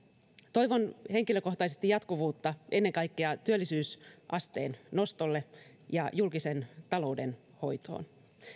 toivon henkilökohtaisesti jatkuvuutta ennen kaikkea työllisyysasteen nostolle ja julkisen talouden hoitoon